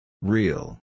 Real